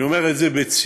אני אומר את זה בציניות,